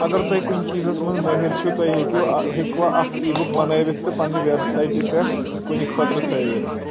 اگر تُہۍ کُنہِ چیٖزس منٛز مٲہِر چھِو تُہۍ ہٮ۪کِو ہیٚکوا اکھ ای بُک بنٲوِتھ تہٕ پنٛنہِ وٮ۪ب سایٹہِ پٮ۪ٹھ کُنہِ خٲطرٕ تھٲوِتھ